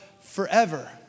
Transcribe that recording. forever